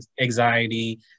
anxiety